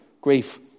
grief